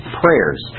prayers